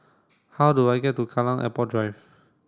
how do I get to Kallang Airport Drive